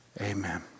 Amen